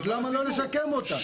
אז למה לא לשקם אותה?